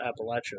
Appalachia